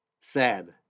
SAD